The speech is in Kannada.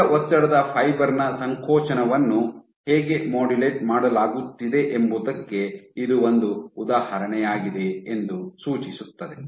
ಏಕ ಒತ್ತಡದ ಫೈಬರ್ ನ ಸಂಕೋಚನವನ್ನು ಹೇಗೆ ಮಾಡ್ಯುಲೇಟ್ ಮಾಡಲಾಗುತ್ತಿದೆ ಎಂಬುದಕ್ಕೆ ಇದು ಒಂದು ಉದಾಹರಣೆಯಾಗಿದೆ ಎಂದು ಸೂಚಿಸುತ್ತದೆ